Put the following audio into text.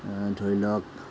ধৰি লওঁঁক